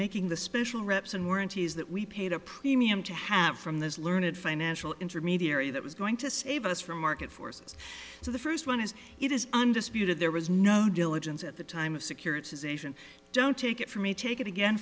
making the special reps and warranties that we paid up premium to have from this learned financial intermediary that was going to save us from market forces so the first one is it is undisputed there was no diligence at the time of securitization don't take it from me take it again